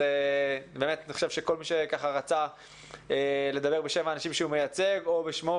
אני חושב שכל מי שרצה לדבר בשם האנשים שהוא מייצג או בשמו,